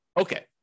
Okay